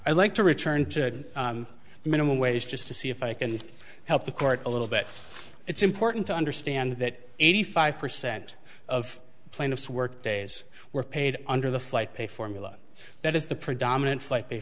i'd like to return to the minimum wage just to see if i can help the court a little bit it's important to understand that eighty five percent of plaintiffs work days were paid under the flight pay formula that is the predominant flight the